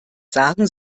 sagen